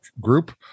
Group